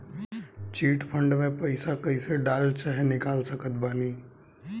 Chit fund मे पईसा कईसे डाल चाहे निकाल सकत बानी?